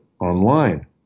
online